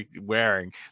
wearing